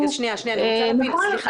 נכון,